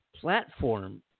platform